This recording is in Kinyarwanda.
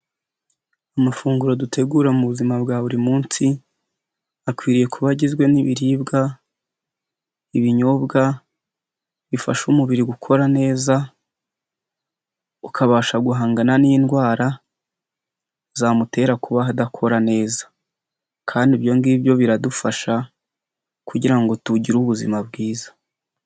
Amafunguro dutegura mu buzima bwa buri munsi, akwiriye kuba agizwe n'ibiribwa, ibinyobwa bifasha umubiri gukora neza, ukabasha guhangana n'indwara zamutera kubaho adakora neza kandi ibyo ngibyo biradufasha kugira ngo tugire ubuzima bwiza.